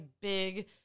big